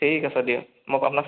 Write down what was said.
ঠিক আছে দিয়ক মই আপোনাক